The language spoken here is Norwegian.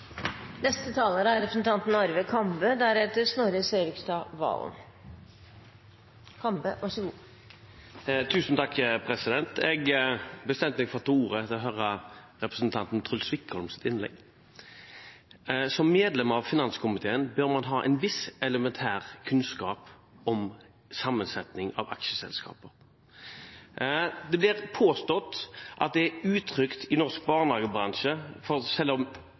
Jeg bestemte meg for å ta ordet da jeg hørte representanten Truls Wickholms innlegg. Som medlem av finanskomiteen bør man ha en viss elementær kunnskap om sammensetning av aksjeselskaper. Det blir påstått at det er utrygt i norsk barnehagebransje. Det sås tvil om